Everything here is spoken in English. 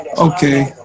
Okay